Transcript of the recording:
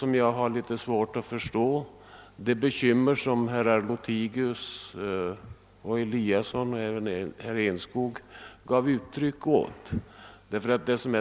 Jag har därför litet svårt att förstå de bekymmer som herrar Lothigius och Eliasson och även herr Enskog gav uttryck åt.